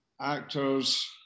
actors